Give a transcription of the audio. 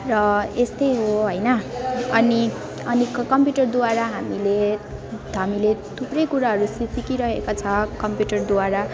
र यस्तै हो होइन अनि अनि क कम्प्युटरद्वारा हामीले हामीले थुप्रै कुराहरू सिकिरहेको छ कम्प्युटरद्वारा